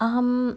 um